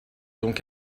donc